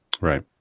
Right